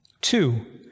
Two